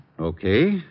Okay